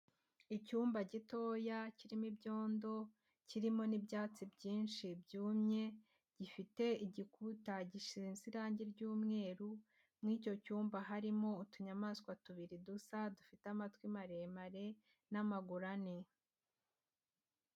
Icyumba gitoya kirimo ibyondo kirimo n'ibyatsi byinshi byumye, gifite igikuta gisinze irangi ry'umweru, mu icyo cyumba harimo utunyamaswa tubiri dusa dufite amatwi maremare n'amaguru ane.